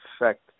effect